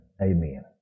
Amen